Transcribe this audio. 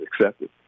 accepted